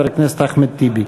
ואחריו, חבר הכנסת אחמד טיבי.